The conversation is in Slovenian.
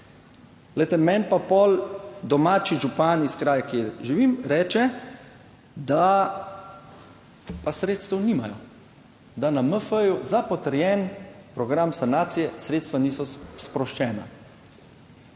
Glejte, meni pa potem domači župan iz kraja, kjer živim, reče, da pa sredstev nimajo, da na MF za potrjen program sanacije sredstva niso sproščena.